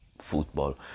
football